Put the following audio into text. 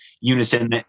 unison